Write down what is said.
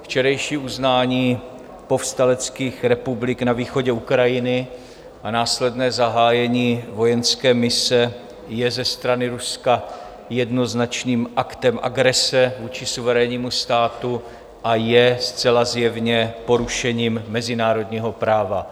Včerejší uznání povstaleckých republik na východě Ukrajiny a následné zahájení vojenské mise je ze strany Ruska jednoznačným aktem agrese vůči suverénnímu státu a je zcela zjevně porušením mezinárodního práva.